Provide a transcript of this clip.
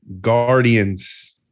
Guardians